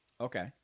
Okay